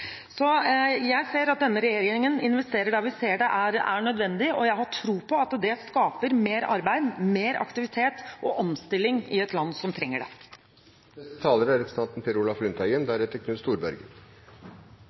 Jeg ser at denne regjeringen investerer der det er nødvendig, og jeg har tro på at det skaper mer arbeid, mer aktivitet og omstilling i et land som trenger det. Det var representanten